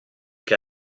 che